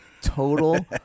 total